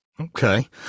Okay